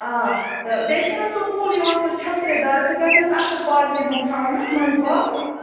آ تہٕ بیٚیہِ چھُنَہ حظ سُہ کُل یِوان سُہ چھٔترِ دار سُہ گَژھِ حظ اَصٕل پارکہِ منٛز تھاونَس منٛزٕ باگ